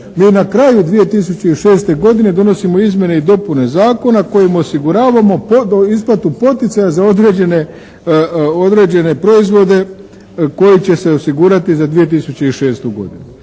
mi na kraju 2006. godine donosimo izmjene i dopune Zakona kojim osiguravamo isplatu poticaja za određene proizvode koji će se osigurati za 2006. godinu.